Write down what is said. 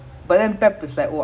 ya